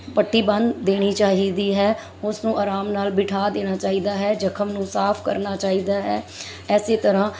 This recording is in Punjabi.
ਪੱਟੀ ਬੰਨ੍ਹ ਦੇਣੀ ਚਾਹੀਦੀ ਹੈ ਉਸ ਨੂੰ ਆਰਾਮ ਨਾਲ ਬਿਠਾ ਦੇਣਾ ਚਾਹੀਦਾ ਹੈ ਜ਼ਖਮ ਨੂੰ ਸਾਫ ਕਰਨਾ ਚਾਹੀਦਾ ਹੈ ਇਸੇ ਤਰ੍ਹਾਂ